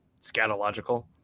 scatological